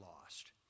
lost